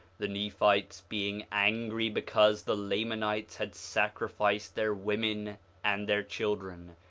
the nephites being angry because the lamanites had sacrificed their women and their children,